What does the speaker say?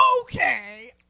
Okay